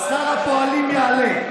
שכר הפועלים יעלה.